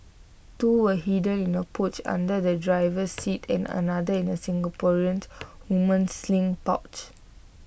two were hidden in A pouch under the driver's seat and another in A Singaporean woman's sling pouch